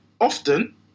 often